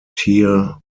tier